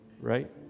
right